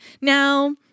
now